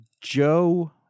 Joe